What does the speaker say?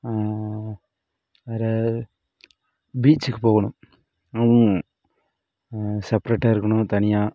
வேறு பீச்சுக்கு போகணும் செப்ரேட்டாக இருக்கணும் தனியாக